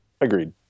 Agreed